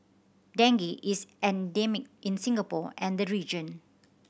dengue is endemic in Singapore and the region